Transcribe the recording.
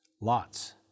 lots